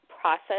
process